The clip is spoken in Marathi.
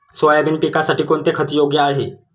सोयाबीन पिकासाठी कोणते खत योग्य आहे?